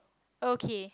okay